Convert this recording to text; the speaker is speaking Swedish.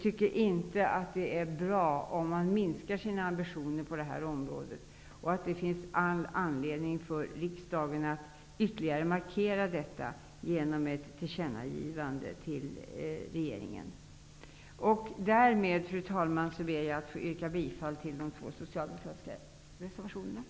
Det är inte bra om ambitionerna sänks på det här området, och det finns all anledning för riksdagen att ytterligare markera detta genom ett tillkännagivande till regeringen. Fru talman! Därmed yrkar jag bifall till de två socialdemokratiska reservationerna.